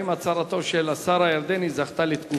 4. האם זכתה הצהרתו של השר הירדני לתגובה?